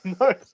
No